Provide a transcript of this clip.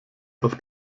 oft